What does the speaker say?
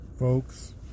Folks